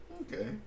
Okay